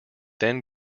then